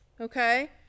okay